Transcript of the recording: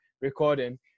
recording